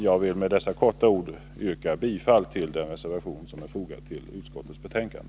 Jag ber med dessa ord att få yrka bifall till den reservation som är fogad vid utskottets betänkande.